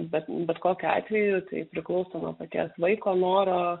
bet bet kokiu atveju tai priklauso nuo paties vaiko noro